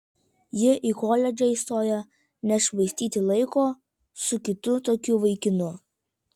ji į koledžą įstojo nešvaistyti laiko su kitu tokiu vaikinu